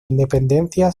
independencia